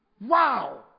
Wow